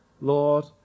Lord